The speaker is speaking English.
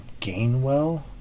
Gainwell